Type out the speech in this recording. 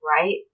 right